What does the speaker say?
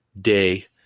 day